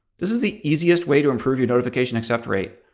this is the easiest way to improve your notification accept rate.